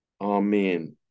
Amen